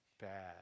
bad